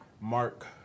Mark